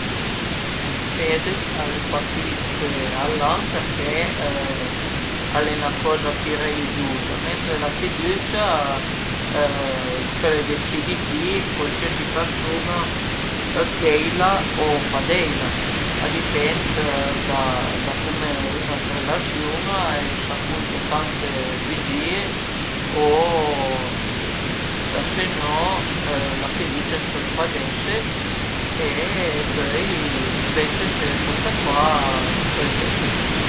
La fede al e pa tüi che al an përché al e 'na coza pi religiuza, mentre la fidücia pöle decidi ti cualsiasi persun-a dë deila o pa deila, a dipend da cume ün a së relasiun-a e s'a cunta tante bügìe o da se no la fidücia a s'pöl pa dese e pöi ënvece s'a le cunta pa a s'pöl dese